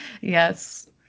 Yes